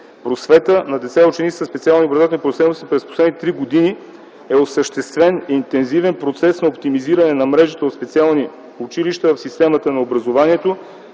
просвета, на деца и ученици със специални образователни потребности през последните три години е осъществен интензивен процес на оптимизиране на мрежата от специални училища в системата на образованието,